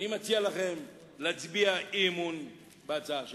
אני מציע לכם להצביע אי-אמון לפי ההצעה שלנו.